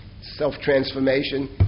self-transformation